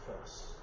first